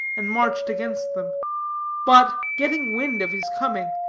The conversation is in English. and marched against them but, getting wind of his coming,